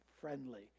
friendly